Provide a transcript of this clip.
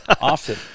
Often